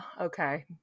Okay